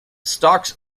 stocks